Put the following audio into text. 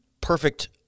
perfect